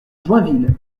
joinville